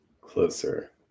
closer